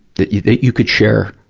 that you, that you could share